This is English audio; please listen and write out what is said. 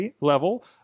level